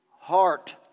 heart